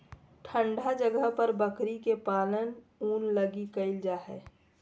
ठन्डा जगह पर बकरी के पालन ऊन लगी कईल जा हइ